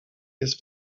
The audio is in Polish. jest